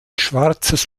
schwarzes